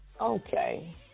Okay